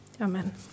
Amen